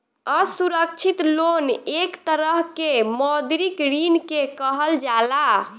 असुरक्षित लोन एक तरह के मौद्रिक ऋण के कहल जाला